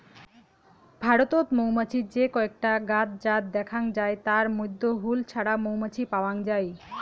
ভারতত মৌমাছির যে কয়টা জ্ঞাত জাত দ্যাখ্যাং যাই তার মইধ্যে হুল ছাড়া মৌমাছি পাওয়াং যাই